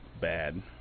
bad